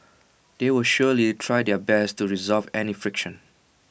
they will surely try their best to resolve any friction